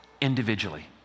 individually